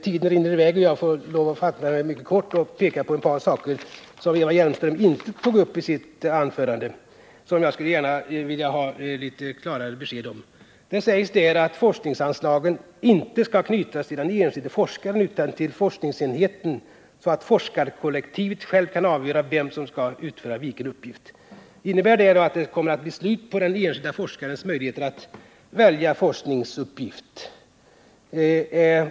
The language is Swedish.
Tiden rinner i väg och jag får lov att fatta mig mycket kort. Jag vill peka på ett par saker som Eva Hjelmström inte tog upp sitt anförande, men som jag gärna skulle vilja ha litet klarare besked om. Det sägs att forskningsanslagen inte skall knytas till den enskilde forskaren utan till forskningsenheten, så att forskarkollektivet självt kan avgöra vem som skall utföra vilken uppgift. Innebär detta att det kommer att bli slut på den enskilde forskarens möjligheter att välja forskningsuppgift?